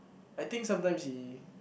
I think sometimes he